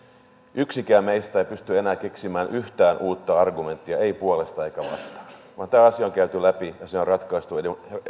yksikään meistä ei pysty enää keksimään yhtään uutta argumenttia ei puolesta eikä vastaan vaan tämä asia on käyty läpi ja se on ratkaistu